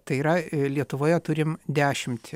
tai yra lietuvoje turim dešimt